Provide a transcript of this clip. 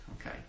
Okay